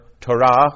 Torah